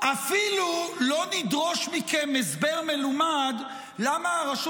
אפילו לא נדרוש מכם הסבר מלומד למה הרשות